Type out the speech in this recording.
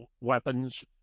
weapons